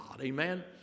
Amen